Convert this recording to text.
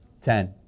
Ten